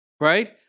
Right